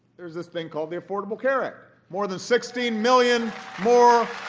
there's this thing called the affordable care act. more than sixteen million more